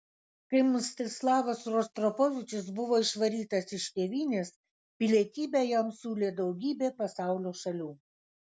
kai mstislavas rostropovičius buvo išvarytas iš tėvynės pilietybę jam siūlė daugybė pasaulio šalių